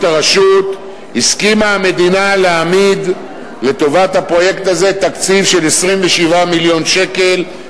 הרשות הסכימה המדינה להעמיד לטובת הפרויקט הזה תקציב של 27 מיליון שקלים,